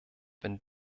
wenn